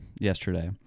yesterday